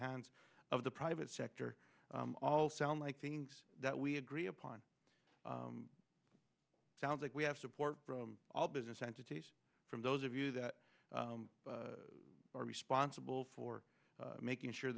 hands of the private sector all sound like things that we agree upon it sounds like we have support from all business entities from those of you that are responsible for making sure